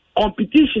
Competition